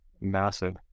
massive